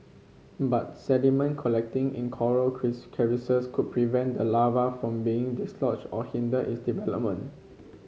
but sediment collecting in coral could prevent the larva from being dislodged or hinder its development